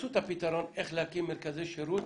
מצאו את הפתרון איך להקים מרכזי שירות